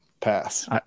Pass